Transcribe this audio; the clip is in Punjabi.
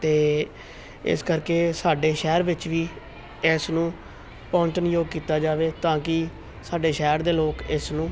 ਅਤੇ ਇਸ ਕਰਕੇ ਸਾਡੇ ਸ਼ਹਿਰ ਵਿੱਚ ਵੀ ਇਸ ਨੂੰ ਪਹੁੰਚਣਯੋਗ ਕੀਤਾ ਜਾਵੇ ਤਾਂ ਕਿ ਸਾਡੇ ਸ਼ਹਿਰ ਦੇ ਲੋਕ ਇਸ ਨੂੰ